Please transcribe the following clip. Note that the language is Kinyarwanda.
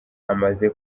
amaze